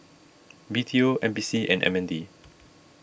B T O N P C and M N D